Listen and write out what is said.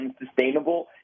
unsustainable